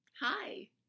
Hi